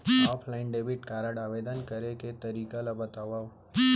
Offline debit card आवेदन करे के तरीका ल बतावव?